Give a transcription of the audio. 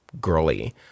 girly